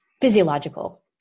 physiological